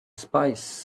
spies